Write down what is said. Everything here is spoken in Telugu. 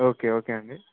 ఓకే ఓకే అండి